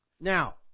Now